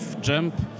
Jump